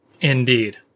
Indeed